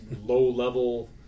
Low-level